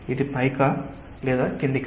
ఇది పైకా లేదా క్రిందికా